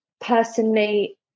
personally